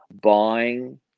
buying